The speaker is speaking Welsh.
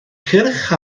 cyrch